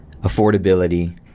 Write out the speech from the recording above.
affordability